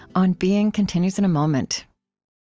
on being continues in a moment